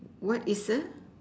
what is a